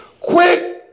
quick